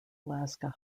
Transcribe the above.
alaska